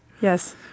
Yes